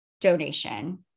donation